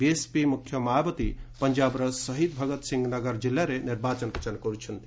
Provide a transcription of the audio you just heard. BSP ମୁଖ୍ୟ ମାୟାବତୀ ପଞ୍ଜାବ୍ର ଶହୀଦ୍ ଭଗତ୍ସିଂ ନଗର ଜିଲ୍ଲାରେ ନିର୍ବାଚନ ପ୍ରଚାର କରୁଛନ୍ତି